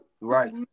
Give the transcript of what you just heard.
Right